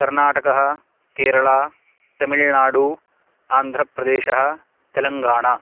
कर्णाटकः केरला तमिल्नाडु आन्ध्रप्रदेशः तेलङ्गाणा